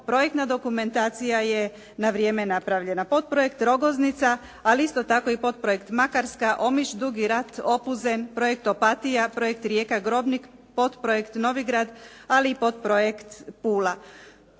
projektna dokumentacija je na vrijeme napravljena. Podprojekt Rogoznica ali isto tako i podprojekt Makarska, Omiš - Dugi Rat, Opuzen, projekt Opatija, projekt Rijeka - Grobnik, podprojekt Novigrad ali i podprojekt Pula.